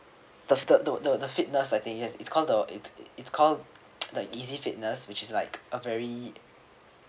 the third the the fitness I think yes it called the it's it's called the easy fitness which is like uh very